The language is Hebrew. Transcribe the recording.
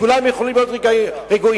כולם יכולים להיות רגועים,